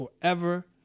forever